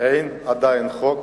אין עדיין חוק